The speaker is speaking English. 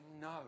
no